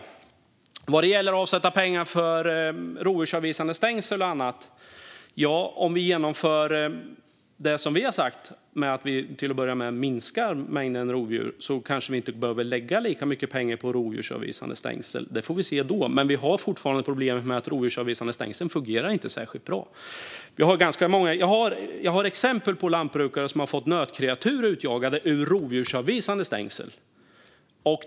Jag fick en fråga om att avsätta pengar för rovdjursavvisande stängsel och annat. Om vi till att börja med genomför det som vi har sagt om att minska mängden rovdjur behöver vi kanske inte lägga lika mycket på rovdjursavvisande stängsel. Det får vi se då. Men vi har fortfarande problemet med att rovdjursavvisande stängsel inte fungerar särskilt bra. Jag vet lantbrukare som har fått nötkreatur utjagade från rovdjursavvisande stängsel.